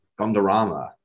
Gondorama